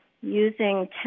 using